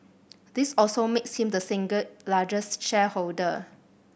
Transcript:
this also makes him the single largest shareholder